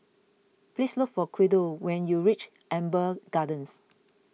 please look for Guido when you reach Amber Gardens